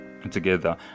together